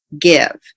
give